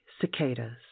cicadas